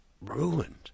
ruined